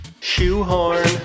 Shoehorn